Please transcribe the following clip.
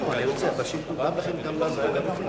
לא אני, היושב-ראש הוסיף עוד דקה